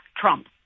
trump